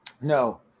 No